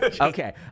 Okay